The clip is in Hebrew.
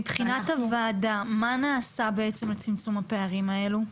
מבחינת הוועדה, מה בעצם נעשה לצמצום הפערים האלו?